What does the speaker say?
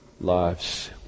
lives